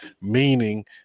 Meaning